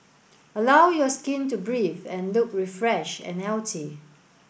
allow your skin to breathe and look refreshed and healthy